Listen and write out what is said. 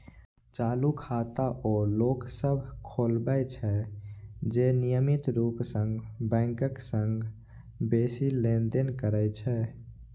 चालू खाता ओ लोक सभ खोलबै छै, जे नियमित रूप सं बैंकक संग बेसी लेनदेन करै छै